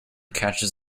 catches